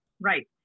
Right